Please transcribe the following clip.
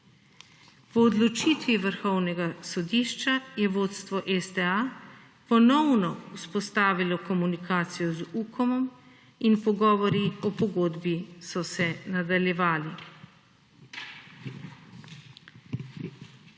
Po odločitvi Vrhovnega sodišča je vodstvo STA ponovno vzpostavilo komunikacijo z UKOM-om in pogovori o pogodbi so se nadaljevali.